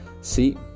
see